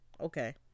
Okay